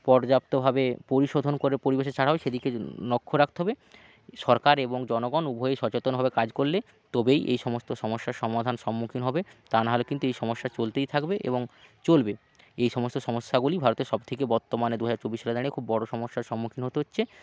পর্যাপ্তভাবে পরিশোধন করে পরিবেশে ছাড়াও সেদিকে লক্ষ্য রাখতে হবে সরকার এবং জনগন উভয়ই সচেতনভাবে কাজ করলে তবেই এই সমস্ত সমস্যার সমাধান সম্মুখীন হবে তা নাহলে কিন্তু এই সমস্যা চলতেই থাকবে এবং চলবে এই সমস্ত সমস্যাগুলি ভারতের সবথেকে বর্তমানে দু হাজার চব্বিশ সালে দাঁড়িয়ে খুব বড়ো সমস্যার সম্মুখীন হতে হচ্ছে